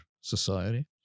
society